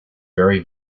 very